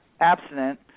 abstinent